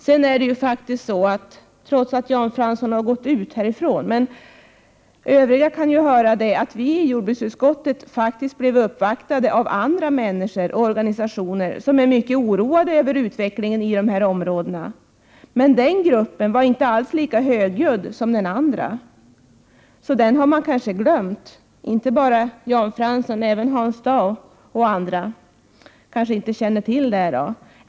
Sedan är det faktiskt så — Jan Fransson har gått ut ur kammaren, men de närvarande kan ju få höra det — att jordbruksutskottet uppvaktades också av andra människor och organisationer som är mycket oroade över utvecklingen i de fjällnära områdena. Men den gruppen var inte alls lika högljudd som den andra, så den har kanske inte bara Jan Fransson utan även Hans Dau och andra i utskottet glömt.